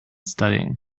studying